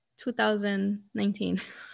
2019